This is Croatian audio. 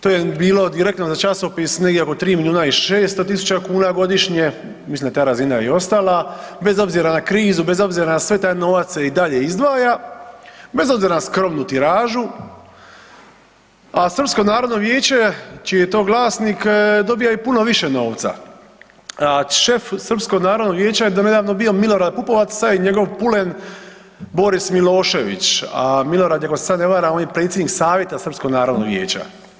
To je bilo direktno za časopis negdje oko 3 milijuna i 600 tisuća kuna godišnje, mislim da je ta razina i ostala bez obzira na krizu, bez obzira na sve taj novac se i dalje izdvaja, bez obzira na skromnu tiražu, a Srpsko narodno vijeće čiji je to glasnik dobija i puno više novca, a šef Srpskog narodnog vijeća je do nedavno bio Milorad Pupovac sad je njegov pulen Boris Milošević, a Milorad ako se sad ne varam on je predsjednik savjeta Srpskog narodnog vijeća.